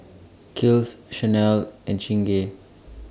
Kiehl's Chanel and Chingay